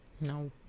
No